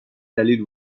دلیل